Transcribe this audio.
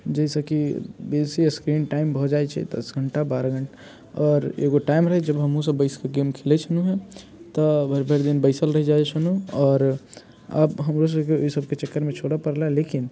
जाहिसँ कि बेसी स्क्रीन टाइम भऽ जाइत छै तऽ दस घंटा बारह घंटा आओर एगो टाइम रहै जब हमहूँसभ बैस कऽ गेम खेलैत छलहुँ हेँ तऽ भरि भरि दिन बैसल रहि जाइत छलहुँ आओर आब हमरोसभके ई सभके चक्करमे छोड़य पड़लए लेकिन